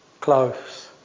close